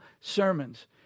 sermons